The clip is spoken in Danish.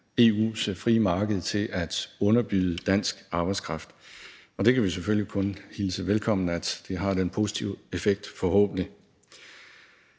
EU's frie marked til at underbyde dansk arbejdskraft, og vi kan selvfølgelig kun hilse velkommen, at det forhåbentlig